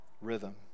rhythm